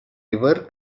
river